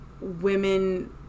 women